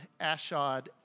Ashod